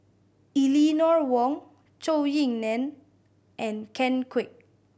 Eleanor Wong Zhou Ying Nan and Ken Kwek